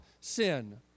sin